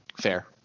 Fair